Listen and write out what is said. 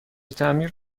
تعمیر